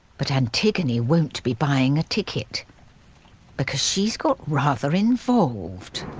but antigone won't be buying a ticket because she's got rather involved,